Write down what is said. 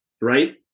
right